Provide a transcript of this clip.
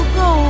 go